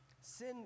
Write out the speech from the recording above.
Sin